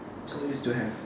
also used to have